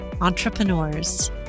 entrepreneurs